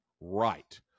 right